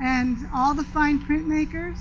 and all the fine printmakers